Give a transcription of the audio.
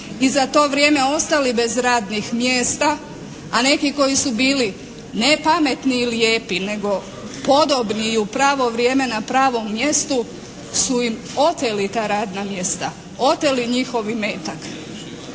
i za to vrijeme ostali bez radnih mjesta, a neki koji su bili ne pametni i lijepi nego podobni i u pravo vrijeme na pravom mjestu su im oteli ta radna mjesta, oteli njihov imetak.